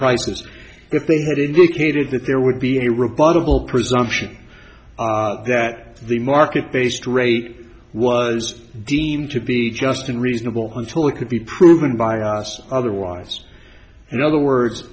prices if they had indicated that there would be a rebuttal presumption that the market based rate was deemed to be just unreasonable until it could be proven by us otherwise in other words